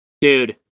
dude